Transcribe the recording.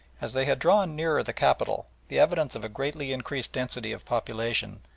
as they had drawn nearer the capital, the evidence of a greatly increased density of population,